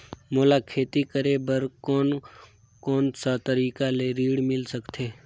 मोला खेती करे बर कोन कोन सा तरीका ले ऋण मिल सकथे?